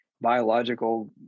biological